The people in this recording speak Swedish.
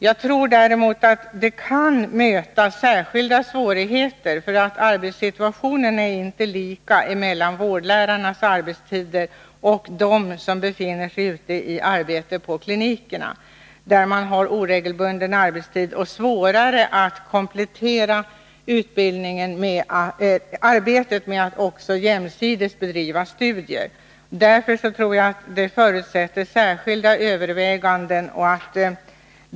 Jag tror emellertid att detta kan möta vissa svårigheter, eftersom arbetssituationen i vad gäller arbetstiderna inte är densamma för vårdlärarna som för dem som är ute i arbete på klinikerna, där man har oregelbunden arbetstid och därmed svårare att jämsides med arbetet bedriva studier. Därför tror jag att man i det här avseendet måste göra särskilda överväganden.